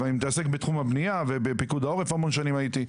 אבל אני מתעסק בתחום הבנייה והייתי בפיקוד העורף המון שנים,